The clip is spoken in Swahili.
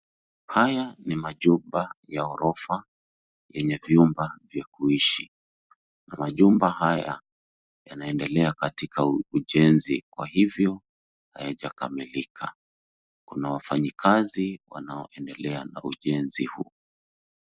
Haya ni majumba ya ghorofa yenye vyumba vya kuishi. Majumba haya yanaendelea katika ujenzi kwa hivyo hayajakamilika . Kuna wafanyikazi wanaoendelea na ujenzi huu.